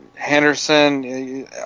Henderson